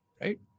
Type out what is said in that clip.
Right